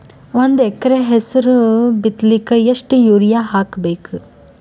ಒಂದ್ ಎಕರ ಹೆಸರು ಬಿತ್ತಲಿಕ ಎಷ್ಟು ಯೂರಿಯ ಹಾಕಬೇಕು?